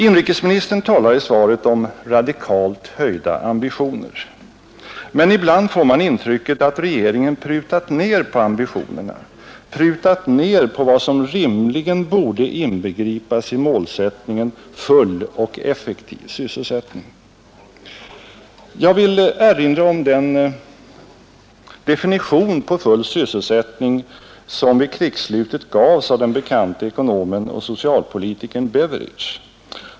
Inrikesministern talar i svaret om radikalt höjda ambitioner. Men ibland får man intrycket att regeringen prutat ner på ambitionerna, prutat ner på vad som rimligen borde inbegripas i målsättningen full och effektiv sysselsättning. Jag vill erinra om den definition på full sysselsättning som vid krigsslutet gavs av den bekante ekonomen och socialpolitikern Beveridge.